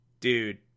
dude